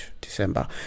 December